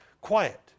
quiet